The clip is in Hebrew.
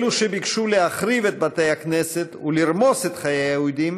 אלו שביקשו להחריב את בתי הכנסת ולרמוס את חיי היהודים